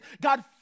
god